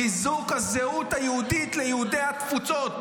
חיזוק הזהות היהודית ליהודי התפוצות.